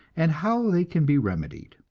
and how they can be remedied.